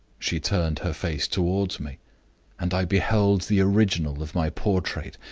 she turned her face toward me and i beheld the original of my portrait,